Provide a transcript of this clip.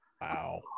Wow